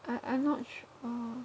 I I'm not sure